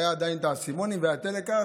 היו עדיין האסימונים והיה טלכרט.